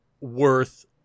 worth